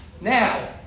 Now